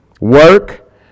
work